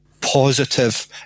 positive